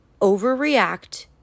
overreact